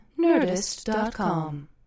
Nerdist.com